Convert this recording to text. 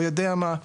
לא יודע מה,